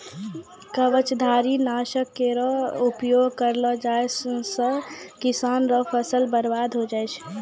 कवचधारी? नासक केरो प्रयोग करलो जाय सँ किसान केरो फसल बर्बाद होय जाय छै